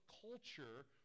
culture